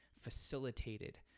facilitated